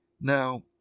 Now